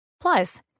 Plus